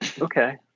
Okay